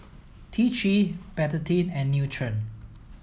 T three Betadine and Nutren